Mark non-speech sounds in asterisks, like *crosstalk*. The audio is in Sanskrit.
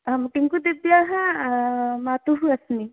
अहं *unintelligible* माता अस्मि